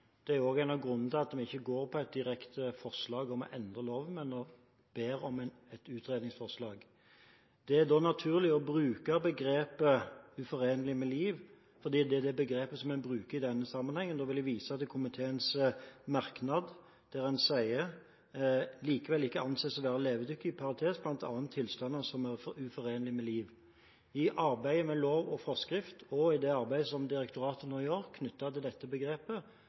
Det er også en av grunnene til at vi ikke går på et direkte forslag om å endre loven, men ber om et utredningsforslag. Det er da naturlig å bruke begrepet «uforenlig med liv», fordi det er det begrepet en bruker i denne sammenheng. Da vil jeg vise til komiteens merknad der en sier: «likevel ikke kan anses å være levedyktig I arbeidet med lov og forskrift, og i det arbeidet som direktoratet nå gjør knyttet til dette begrepet,